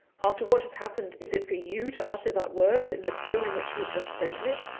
after what has happened, is it for you to utter that word in the tone in which you have just spoken it?